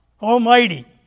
Almighty